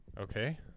okay